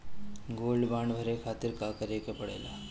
Gold bond भरे खातिर का करेके पड़ेला?